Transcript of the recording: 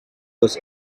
was